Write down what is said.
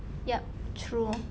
yup true